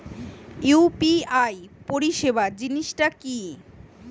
UPI পরিসেবা জিনিসটা কি?